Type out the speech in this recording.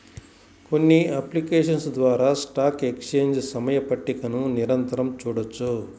కొన్ని అప్లికేషన్స్ ద్వారా stock exchange సమయ పట్టికని నిరంతరం చూడొచ్చు